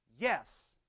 Yes